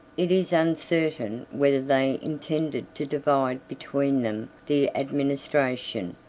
it is uncertain whether they intended to divide between them the administration,